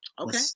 Okay